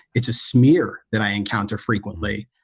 it's a smear that i encounter frequently.